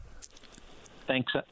Thanks